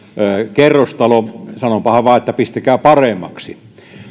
kerrostalo sanonpahan vain että pistäkää paremmaksi